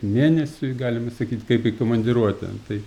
mėnesiui galima sakyt kaip į komandiruotę tai